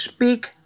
Speak